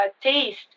taste